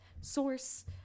source